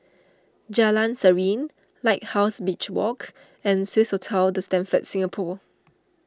Jalan Serene Lighthouse Beach Walk and Swissotel the Stamford Singapore